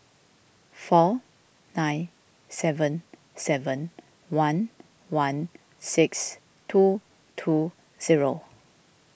four nine seven seven one one six two two zero